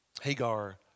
Hagar